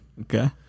Okay